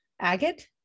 Agate